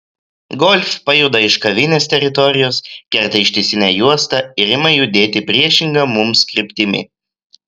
golf pajuda iš kavinės teritorijos kerta ištisinę juostą ir ima judėti priešinga mums kryptimi